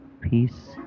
peace